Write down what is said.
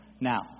Now